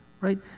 right